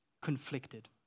Conflicted